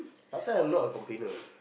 last time I'm not a complainer